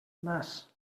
nas